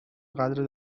قدر